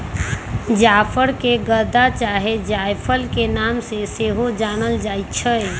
जाफर के गदा चाहे जायफल के नाम से सेहो जानल जाइ छइ